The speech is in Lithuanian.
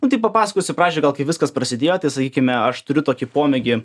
nu tai papasakosiu pradžioj gal kaip viskas prasidėjo tai sakykime aš turiu tokį pomėgį